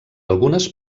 algunes